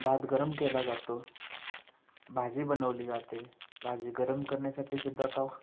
भात गरम केला जातो भाजी बनवली जाते भाजी गरम करण्यासाठीसुद्धा तवा